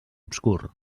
obscur